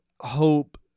hope